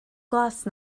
glas